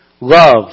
Love